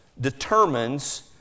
determines